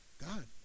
god